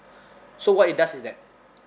so what it does is that